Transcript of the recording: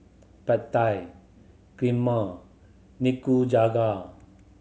Pad Thai Kheema Nikujaga